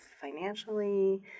financially